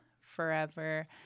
forever